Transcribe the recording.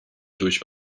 durch